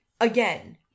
again